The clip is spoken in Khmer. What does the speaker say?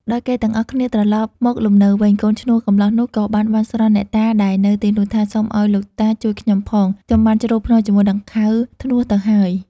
ដល់គេទាំងអស់គ្នាត្រឡប់មកលំនៅវិញ កូនឈ្នួលកំលោះនោះក៏បានបន់ស្រន់អ្នកតាដែលនៅទីនោះថា "សូមឲ្យលោកតាជួយខ្ញុំផង ខ្ញុំបានជ្រុលភ្នាល់ជាមួយដង្ខៅធ្នស់ទៅហើយ"។